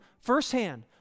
firsthand